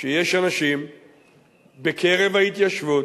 שיש אנשים בקרב ההתיישבות,